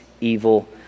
evil